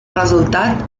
resultat